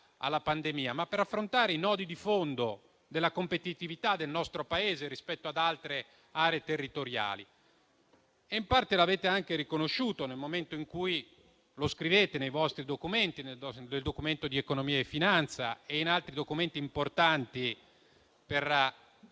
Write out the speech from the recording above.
alla pandemia, ma per affrontare i nodi di fondo della competitività del nostro Paese rispetto ad altre aree territoriali. In parte avete anche riconosciuto questo, atteso che lo scrivete nel Documento di economia e finanza e in altri documenti importanti per